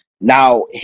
Now